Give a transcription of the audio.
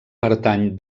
pertany